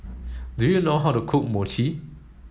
do you know how to cook Mochi